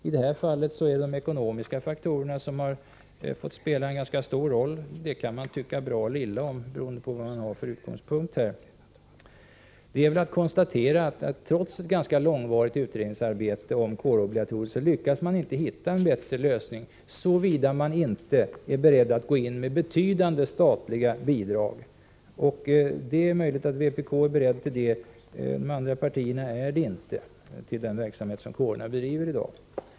I det här fallet är det de ekonomiska faktorerna som har fått spela en ganska stor roll. Det kan man tycka bra eller illa om beroende på vad man har för utgångspunkt. Det är att konstatera att trots ett ganska långvarigt utredningsarbete om kårobligatoriet lyckas man inte hitta en vettig lösning, såvida man inte är beredd att gå in med betydande statligt bidrag till den verksamhet som kårerna bedriver i dag. Det är möjligt att vpk är berett till det, men de andra partierna är det inte.